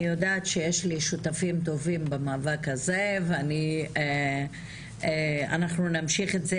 אני יודעת שיש לי שותפים טובים במאבק הזה ואנחנו נמשיך את זה.